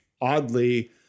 oddly –